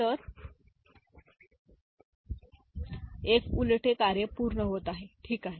तर एक उलटा कार्य पूर्ण होत आहे ठीक आहे